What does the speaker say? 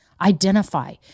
identify